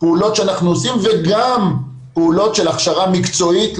פעולות שאנחנו עושים וגם פעולות של הכשרה מקצועית,